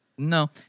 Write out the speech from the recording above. No